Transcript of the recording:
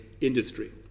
industry